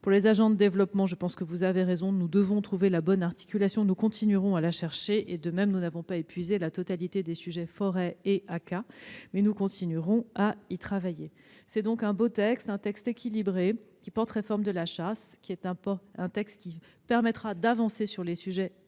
Pour les agents de développement, vous avez raison, nous devons trouver la bonne articulation- nous continuerons à la chercher. De même, nous n'avons pas épuisé la totalité des sujets forêt et ACCA, mais nous continuerons à y travailler. C'est donc un beau texte, équilibré, qui porte réforme de la chasse ; un texte qui permettra d'avancer sur les sujets liés